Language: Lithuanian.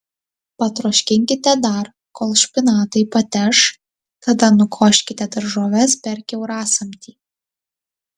patroškinkite dar kol špinatai pateš tada nukoškite daržoves per kiaurasamtį